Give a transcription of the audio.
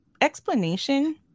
explanation